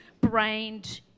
brained